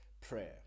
prayer